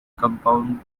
compound